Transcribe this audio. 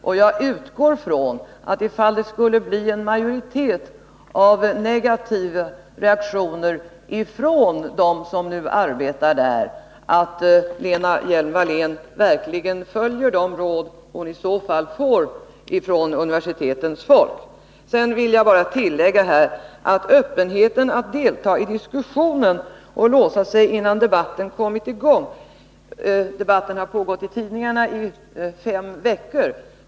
Och jag utgår från att ifall det skulle bli en majoritet av negativa reaktioner från dem som nu arbetar där, så kommer Lena Hjelm-Wallén verkligen att följa de råd hon i så fall får från universitetens folk. Sedan vill jag bara tillägga något om öppenhet för att delta i diskussionen eller att låsa siginnan debatten har kommit i gång. Debatten har pågått i tidningarna i fem veckor.